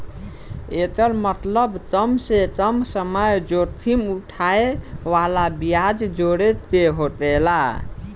एकर मतबल कम से कम समय जोखिम उठाए वाला ब्याज जोड़े के होकेला